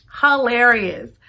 hilarious